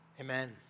Amen